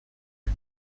zen